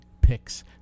picks